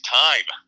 time